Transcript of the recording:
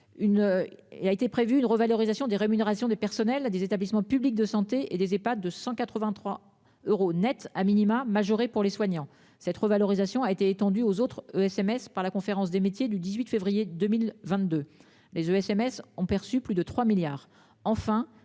et a été prévu une revalorisation des rémunérations des personnels des établissements publics de santé et des pas de 183 euros Net a minima majorée pour les soignants. Cette revalorisation a été étendue aux autres SMS par la conférence des métiers du 18 février 2022, les Jeux SMS ont perçu plus de 3 milliards.